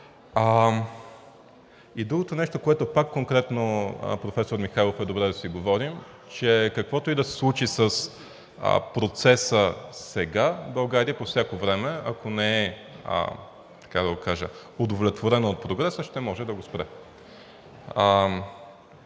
И другото нещо, което пак конкретно, професор Михайлов, е добре да си говорим, е, че каквото и да се случи с процеса сега, България по всяко време, ако не е, така да го кажа – удовлетворена от прогреса, ще може да го спре.